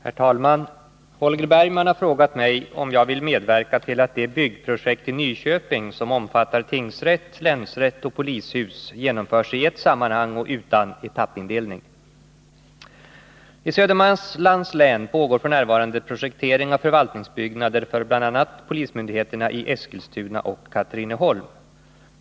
Herr talman! Holger Bergman har frågat mig om jag vill medverka till att det byggprojekt i Nyköping som omfattar tingsrätt, länsrätt och polishus genomförs i ett sammanhang och utan etappindelning. I Södermanlands län pågår f. n. projektering av förvaltningsbyggnader för bl.a. polismyndigheterna i Eskilstuna och Katrineholm.